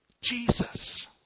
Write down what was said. Jesus